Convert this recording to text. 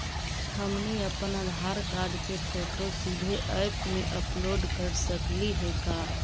हमनी अप्पन आधार कार्ड के फोटो सीधे ऐप में अपलोड कर सकली हे का?